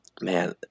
man